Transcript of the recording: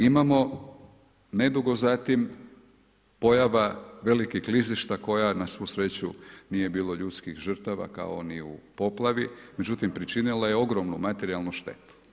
Imamo nedugo zatim, pojava velikih klizište, koja na svu sreću, nije bilo ljudskih žrtava, kao oni u poplavi, međutim, učinila je ogromnu materijalnu štetu.